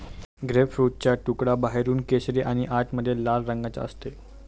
ग्रेपफ्रूटचा तुकडा बाहेरून केशरी आणि आतमध्ये लाल रंगाचा असते